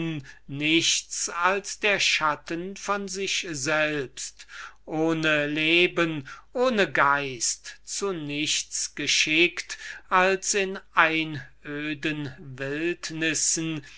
nichts als der schatten von sich selbst ohne leben ohne geist zu nichts geschickt als in einöden